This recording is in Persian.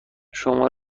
شما